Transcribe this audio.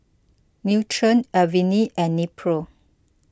Nutren Avene and Nepro